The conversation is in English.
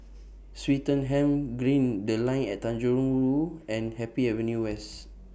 Swettenham Green The Line At Tanjong Rhu Who and Happy Avenue West